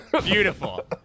beautiful